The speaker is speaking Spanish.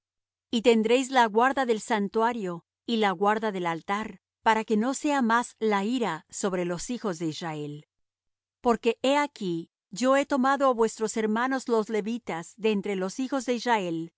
y tendréis la guarda del santuario y la guarda del altar para que no sea más la ira sobre los hijos de israel porque he aquí yo he tomado á vuestros hermanos los levitas de entre los hijos de israel